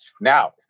Now